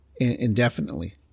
indefinitely